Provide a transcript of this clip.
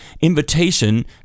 invitation